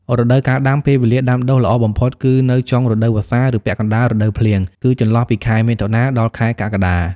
រដូវកាលដាំ ពេលវេលាដាំដុះល្អបំផុតគឺនៅចុងរដូវវស្សា ឬពាក់កណ្តាលរដូវភ្លៀង គឺចន្លោះពីខែមិថុនា ដល់ខែកក្កដា។